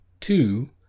Two